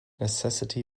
necessity